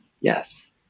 Yes